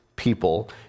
People